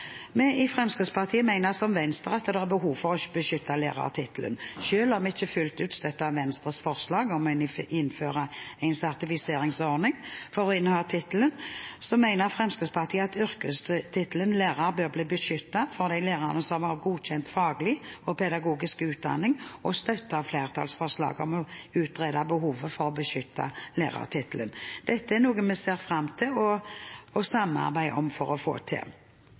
Vi i Fremskrittspartiet mener, som Venstre, at det er behov for å beskytte lærertittelen. Selv om vi ikke fullt ut støtter Venstres forslag om å innføre en sertifiseringsordning for å kunne inneha tittelen, mener Fremskrittspartiet at yrkestittelen «lærer» bør bli beskyttet for de lærerne som har godkjent faglig og pedagogisk utdanning, og støtter flertallsforslaget om å utrede behovet for å beskytte lærertittelen. Dette er noe vi ser fram til å samarbeide om for å få til.